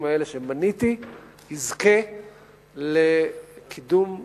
האלה שמניתי יזכה לקידום משמעותי.